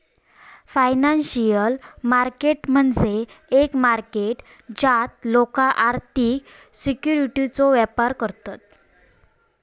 financial market म्हणजे एक market ज्यात लोका आर्थिक सिक्युरिटीजचो व्यापार करतत